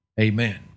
amen